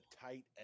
tight